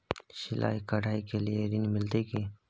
सिलाई, कढ़ाई के लिए ऋण मिलते की?